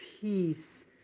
peace